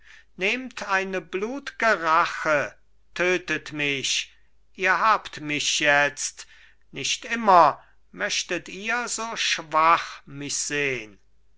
nehmt eine blutge rache tötet mich ihr habt mich jetzt nicht immer möchtet ihr so schwach mich sehn